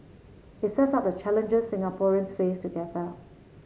it sets out the challenges Singaporeans face together